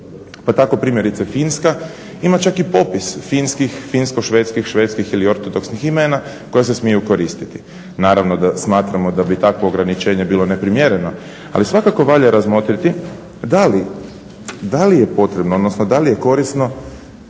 pa tako primjerice Finska ima čak i popis finskih, finsko-švedskih, švedskih ili ortodoksnih imena koja se smiju koristiti. Naravno da smatramo da bi takvo ograničenje bilo neprimjereno, ali svakako valja razmotriti da li je potrebno odnosno da li je korisno